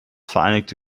vereinigte